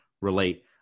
relate